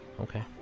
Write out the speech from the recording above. Okay